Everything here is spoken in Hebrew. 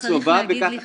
אתה צריך להגיד לכאורה.